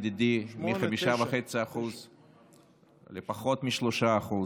ידידי, מ-5.5% לפחות מ-3%.